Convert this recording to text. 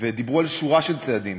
ודיברו על שורה של צעדים,